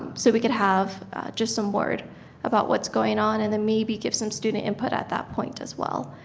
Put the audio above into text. so we could have just some word about what is going on and then maybe give some student input at that point as well.